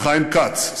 חיים כץ,